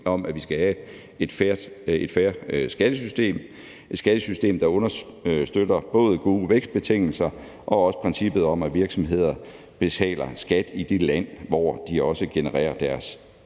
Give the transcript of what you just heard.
at vi skal have et fair skattesystem – et skattesystem, der understøtter både gode vækstbetingelser og også princippet om, at virksomheder betaler skat i det land, som de også genererer deres